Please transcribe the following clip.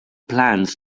plans